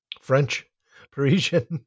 French-Parisian